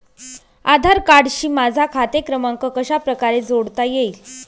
आधार कार्डशी माझा खाते क्रमांक कशाप्रकारे जोडता येईल?